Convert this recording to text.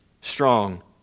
strong